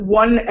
one